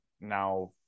now